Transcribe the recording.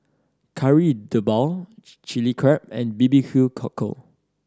Kari Debal Chilli Crab and B B Q Cockle